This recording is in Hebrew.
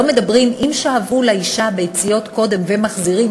לא מדברים, אם שאבו לאישה ביציות קודם ומחזירים